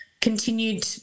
continued